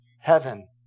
heaven